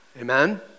Amen